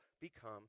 become